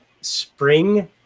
spring